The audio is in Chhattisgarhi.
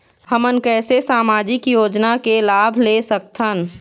हमन कैसे सामाजिक योजना के लाभ ले सकथन?